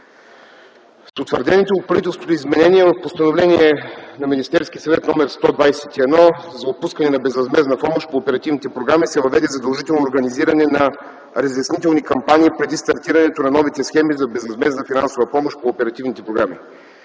С утвърдените от правителството изменения в Постановление № 121 на Министерския съвет за отпускане на безвъзмездна помощ по оперативните програми се въведе задължително организиране на разяснителни кампании преди стартирането на новите схеми за безвъзмездна финансова помощ по оперативните програми,